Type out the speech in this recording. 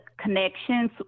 connections